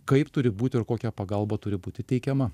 kaip turi būti ir kokia pagalba turi būti teikiama